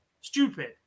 Stupid